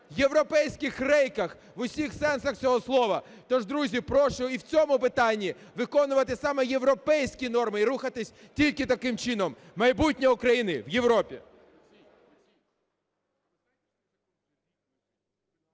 європейських рейках в усіх сенсах цього слова. Тож, друзі, прошу і в цьому питанні виконувати саме європейські норми і рухатися тільки таким чином. Майбутнє України в Європі.